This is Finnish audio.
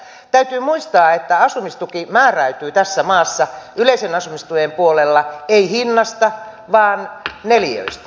täytyy muistaa että asumistuki ei määräydy tässä maassa yleisen asumistuen puolella hinnasta vaan neliöistä